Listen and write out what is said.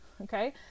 Okay